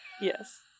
Yes